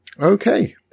Okay